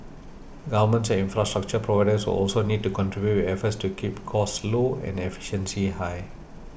governments and infrastructure providers will also need to contribute with efforts to keep costs low and efficiency high